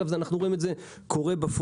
דרך אגב, אנחנו רואים את זה קורה בפועל.